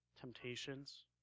temptations